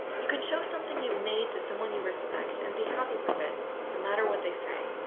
you can show something you've made to someone you respect and be happy with it no matter what they say.